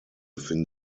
finden